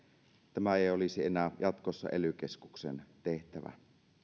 tämä ei ei olisi enää jatkossa ely keskuksen tehtävä